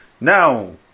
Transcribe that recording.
now